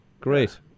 Great